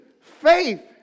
Faith